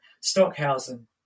Stockhausen